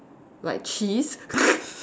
like cheese